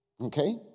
okay